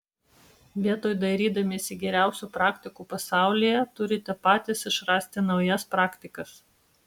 vietoj dairydamiesi geriausių praktikų pasaulyje turite patys išrasti naujas praktikas